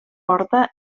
porta